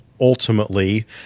ultimately